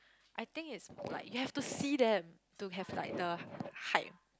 I think it's like you have to see them to have like the hype